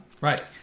Right